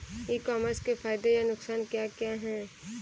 ई commerce के फायदे या नुकसान क्या क्या हैं?